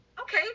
okay